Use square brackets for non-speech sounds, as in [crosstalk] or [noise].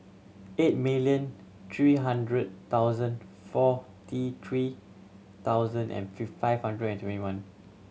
eight million three hundred thousand forty three thousand and [unintelligible] five hundred and twenty one